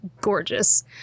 gorgeous